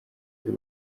ry’u